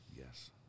Yes